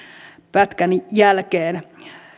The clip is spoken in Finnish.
pätkän jälkeen